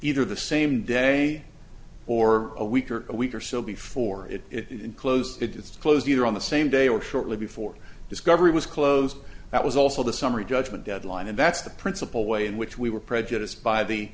either the same day or a week or a week or so before it if you can close it it's close either on the same day or shortly before discovery was closed that was also the summary judgment deadline and that's the principal way in which we were prejudiced by the